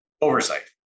oversight